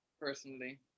personally